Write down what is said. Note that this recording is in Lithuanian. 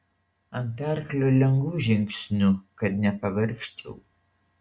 ant arklio lengvu žingsniu kad nepavargčiau